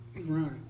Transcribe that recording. right